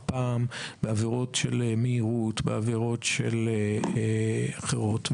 פעם בעבירות מהירות ובעבירות אחרות.